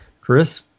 Chris